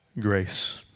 grace